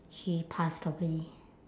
she passed away